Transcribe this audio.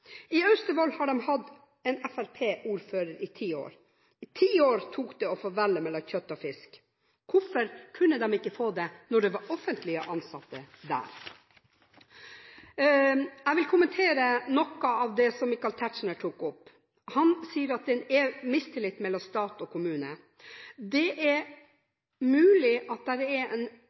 I Austevoll har de hatt en fremskrittspartiordfører i ti år. Det tok ti år å få velge mellom kjøtt og fisk. Hvorfor kunne de ikke få det da det var offentlige ansatte der? Jeg vil kommentere noe av det som Michael Tetzschner tok opp. Han sier at det er mistillit mellom stat og kommune. Det er mulig det er